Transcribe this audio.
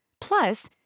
Plus